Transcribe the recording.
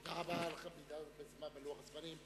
תודה רבה לכם על העמידה בלוח הזמנים.